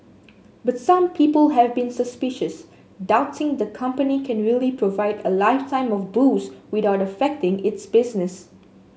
but some people have been suspicious doubting the company can really provide a lifetime of booze without affecting its business